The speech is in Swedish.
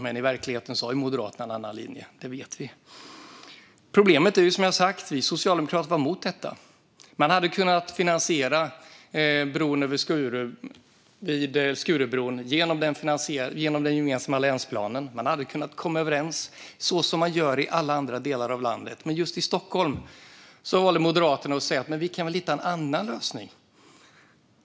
I verkligheten har ju Moderaterna en annan linje, det vet vi. Vi socialdemokrater var emot detta. Man hade kunnat finansiera Skurubron genom den gemensamma länsplanen. Man hade kunnat komma överens så som man gör i alla andra delar av landet. Men just i Stockholm valde Moderaterna att säga: Vi kan väl hitta en annan lösning?